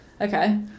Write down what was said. okay